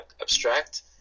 abstract